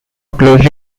closely